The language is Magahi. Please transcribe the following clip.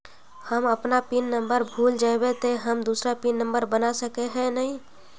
हम अपन पिन नंबर भूल जयबे ते हम दूसरा पिन नंबर बना सके है नय?